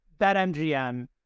BetMGM